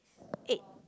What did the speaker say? eight